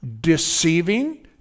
deceiving